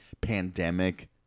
pandemic